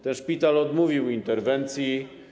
Ten szpital odmówił interwencji.